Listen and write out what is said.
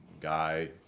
guy